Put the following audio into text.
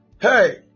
Hey